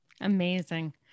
Amazing